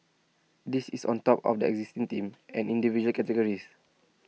this is on top of the exist team and individual categories